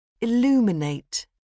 Illuminate